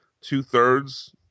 two-thirds